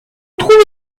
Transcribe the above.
trouve